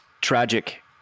tragic